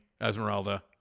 Esmeralda